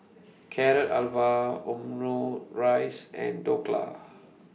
Carrot Halwa Omurice and Dhokla